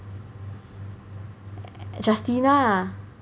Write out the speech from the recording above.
Justina ah